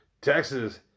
Texas